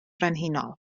frenhinol